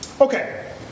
Okay